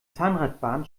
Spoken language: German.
zahnradbahn